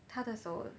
他的手